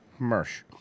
Mersh